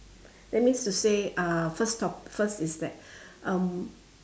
that means to say uh first top~ first is that um